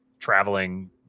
traveling